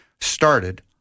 started